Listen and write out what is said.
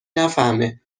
نفهمه